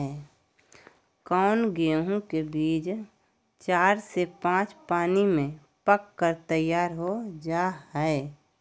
कौन गेंहू के बीज चार से पाँच पानी में पक कर तैयार हो जा हाय?